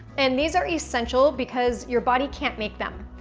and these are essential because your body can't make them.